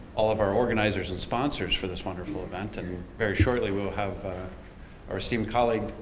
all of our organizers and sponsors for this wonderful event. and very shortly, we'll have our esteemed colleague,